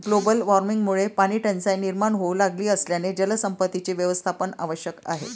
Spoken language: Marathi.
ग्लोबल वॉर्मिंगमुळे पाणीटंचाई निर्माण होऊ लागली असल्याने जलसंपत्तीचे व्यवस्थापन आवश्यक आहे